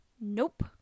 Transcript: Nope